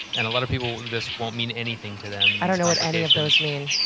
and a lot of people, this won't mean anything to them. i don't know what any of those mean.